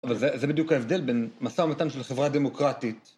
אבל זה בדיוק ההבדל בין משא ומתן של חברה דמוקרטית.